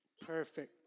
perfect